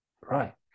right